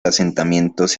asentamientos